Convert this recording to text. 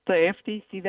taip teisybė